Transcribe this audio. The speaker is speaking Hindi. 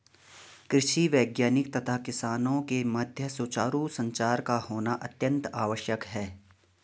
कृषि वैज्ञानिक तथा किसानों के मध्य सुचारू संचार का होना अत्यंत आवश्यक है